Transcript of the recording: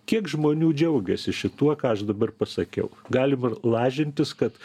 kiek žmonių džiaugiasi šituo ką aš dabar pasakiau galima lažintis kad